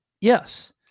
Yes